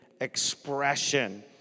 expression